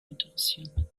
interessieren